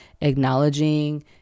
acknowledging